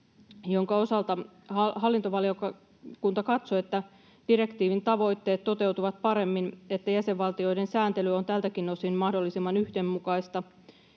jonka osalta hallintovaliokunta katsoo, että direktiivin tavoitteet toteutuvat paremmin ja että jäsenvaltioiden sääntely on tältäkin osin mahdollisimman yhdenmukaista,